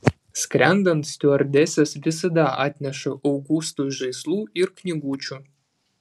skrendant stiuardesės visada atneša augustui žaislų ir knygučių